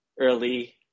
early